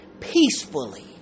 peacefully